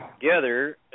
together